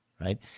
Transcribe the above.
right